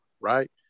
right